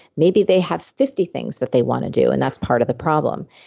maybe they have fifty things that they want to do and that's part of the problem.